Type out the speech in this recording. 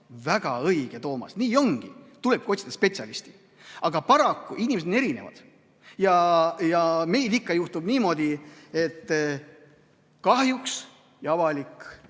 Väga õige, Toomas! Nii ongi, tulebki otsida spetsialisti. Aga paraku inimesed on erinevad. Ja meil ikka juhtub niimoodi, et kahjuks – avalik